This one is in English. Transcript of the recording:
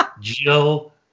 Jill